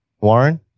Warren